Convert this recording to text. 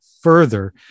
further